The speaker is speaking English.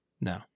No